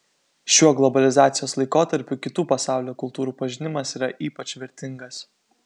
šiuo globalizacijos laikotarpiu kitų pasaulio kultūrų pažinimas yra ypač vertingas